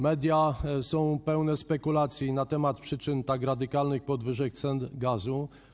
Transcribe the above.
Media są pełne spekulacji na temat przyczyn tak radykalnych podwyżek cen gazu.